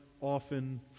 often